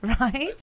right